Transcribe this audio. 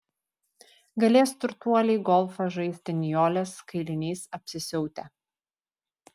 galės turtuoliai golfą žaisti nijolės kailiniais apsisiautę